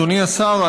אדוני השר,